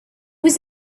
was